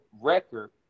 record